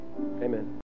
Amen